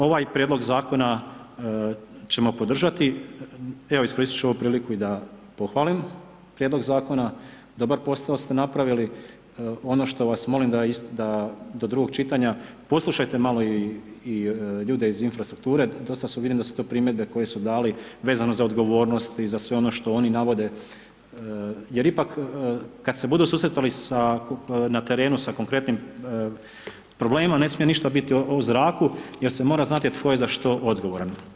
Ovaj prijedlog zakona ćemo podržati, evo iskoristit ću ovu priliku i da pohvalim prijedlog zakona, dobar posao ste napravili, ono što vas molim do drugog čitanja, poslušajte malo i ljude iz infrastrukture, dosta su, vidim da su te primjedbe koje su dali vezano za odgovornost i za sve ono što oni navode jer ipak kad se budu susretali na terenu sa konkretnim problemima, ne smije ništa biti u zraku jer se mora znati tko je za što odgovoran.